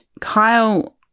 Kyle